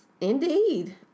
Indeed